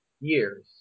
years